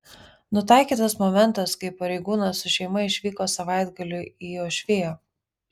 nutaikytas momentas kai pareigūnas su šeima išvyko savaitgaliui į uošviją